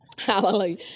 Hallelujah